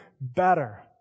better